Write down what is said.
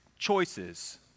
choices